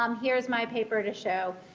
um here's my paper to show.